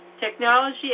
technology